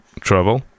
trouble